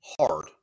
hard